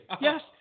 Yes